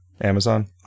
Amazon